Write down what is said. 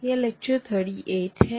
यह लेक्चर 38 है